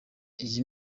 iyi